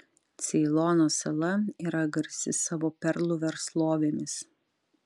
ceilono sala yra garsi savo perlų verslovėmis